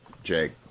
Jake